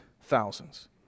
thousands